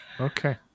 Okay